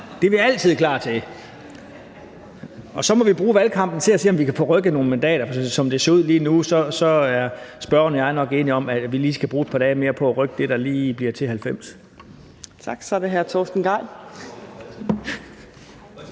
Det er vi altid klar til. Og så må vi bruge valgkampen til at se, om vi kan få rykket nogle mandater, for som det ser ud lige nu, er spørgeren og jeg nok enige om, at vi lige skal bruge et par dage mere på at rykke det til noget, der giver 90. Kl. 16:17 Fjerde næstformand